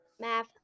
math